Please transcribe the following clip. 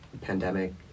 pandemic